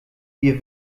wir